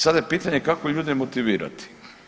Sada je pitanje kako ljude motivirati?